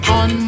on